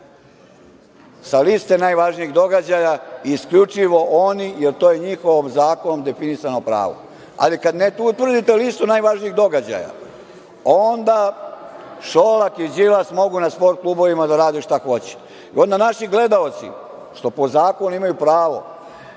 sa liste najvažnijih događaja, isključivo oni, jer to je njihovo, zakonom definisano pravo. Ali kada ne utvrdite listu najvažnijih događaja, onda Šolak i Đilas mogu na „Sport klubovima“ da rade šta hoće. Onda, naši gledaoci, što po zakonu imaju pravo,